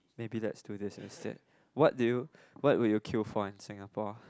maybe let's do this instead what do you what would you queue for in Singapore